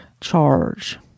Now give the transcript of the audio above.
charge